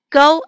go